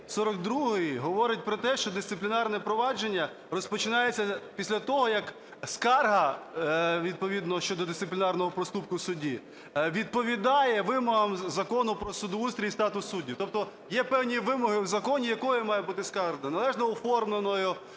42 говорить про те, що дисциплінарне провадження розпочинається після того, як скарга відповідно щодо дисциплінарного проступку судді відповідає вимогам Закону "Про судоустрій і статус суддів", тобто є певні вимоги в законі, якою має бути скарга: належно оформленою,